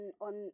on